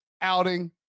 outing